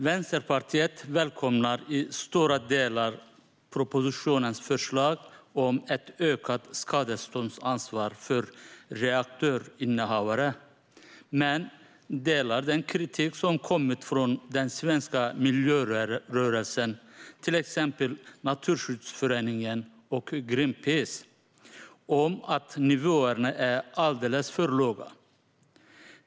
Vänsterpartiet välkomnar i stora delar propositionens förslag om ett ökat skadeståndsansvar för reaktorinnehavare men delar den kritik som kommit från den svenska miljörörelsen, till exempel Naturskyddsföreningen och Greenpeace, om att nivåerna är alldeles för låga.